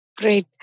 Great